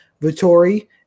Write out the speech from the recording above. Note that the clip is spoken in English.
Vittori